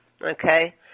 Okay